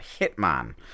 Hitman